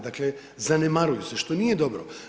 Dakle zanemaruju se, što nije dobro.